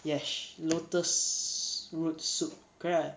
yes lotus root soup correct right